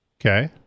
okay